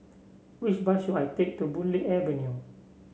which bus should I take to Boon Lay Avenue